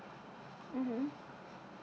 mmhmm